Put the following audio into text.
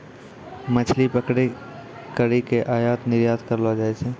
मछली पकड़ी करी के आयात निरयात करलो जाय छै